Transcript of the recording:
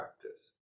practice